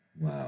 Wow